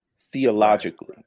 theologically